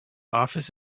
office